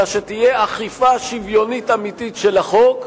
אלא שתהיה אכיפה שוויונית אמיתית של החוק,